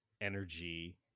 energy